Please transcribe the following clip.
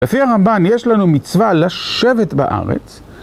לפי הרמב״ן יש לנו מצווה לשבת בארץ